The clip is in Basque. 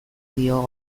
dio